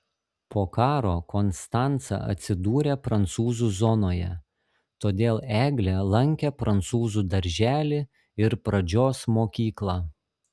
po karo konstanca atsidūrė prancūzų zonoje todėl eglė lankė prancūzų darželį ir pradžios mokyklą